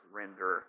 render